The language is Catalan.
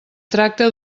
tracta